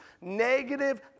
negative